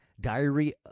Diary